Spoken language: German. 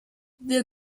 wir